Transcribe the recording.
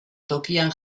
tokian